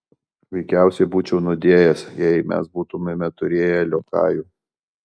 veikiausiai būčiau nudėjęs jei mes būtumėme turėję liokajų